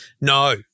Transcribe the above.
No